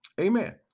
Amen